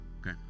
okay